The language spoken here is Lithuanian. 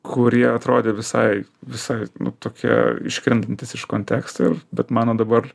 kurie atrodė visai visai nu tokie iškrentantys iš konteksto ir bet mano dabar